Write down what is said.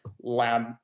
lab